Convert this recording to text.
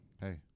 Hey